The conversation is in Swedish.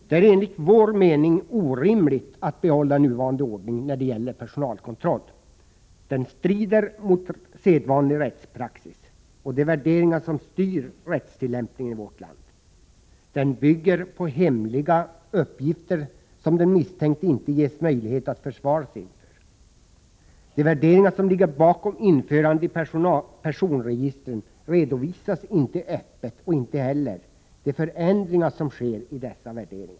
Det är enligt vår mening orimligt att behålla nuvarande ordning när det gäller personalkontroll. Den strider mot sedvanlig rättspraxis och de värderingar som styr rättstillämpningen i vårt land. Den bygger på hemliga uppgifter som den misstänkte inte ges möjlighet att försvara sig inför. De värderingar som ligger bakom införande i personregistren redovisas inte öppet, och inte heller de förändringar som sker i dessa värderingar.